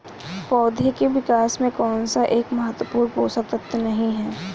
पौधों के विकास में कौन सा एक महत्वपूर्ण पोषक तत्व नहीं है?